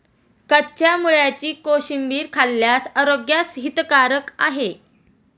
कच्च्या मुळ्याची कोशिंबीर खाल्ल्यास आरोग्यास हितकारक आहे